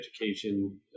education